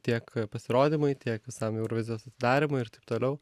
tiek pasirodymui tiek visam eurovizijos atidarymui ir taip toliau